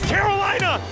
Carolina